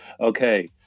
okay